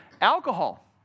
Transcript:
Alcohol